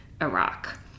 Iraq